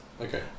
Okay